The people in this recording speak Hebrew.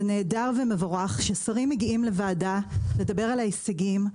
זה נהדר ומבורך ששרים מגיעים לוועדה כדי לדבר על ההישגים,